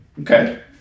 Okay